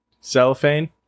cellophane